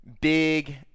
big